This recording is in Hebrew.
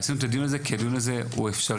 עשינו את הדיון הזה כי השינוי הוא אפשרי.